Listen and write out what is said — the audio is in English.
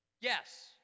Yes